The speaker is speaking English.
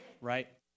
right